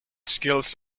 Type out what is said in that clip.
skills